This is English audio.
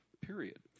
period